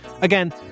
Again